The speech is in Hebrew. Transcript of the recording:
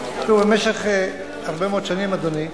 במשך הרבה מאוד שנים, אדוני,